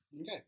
okay